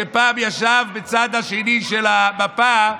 שפעם ישב בצד השני של המפה,